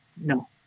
no